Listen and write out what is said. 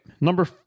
number